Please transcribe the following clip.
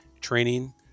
training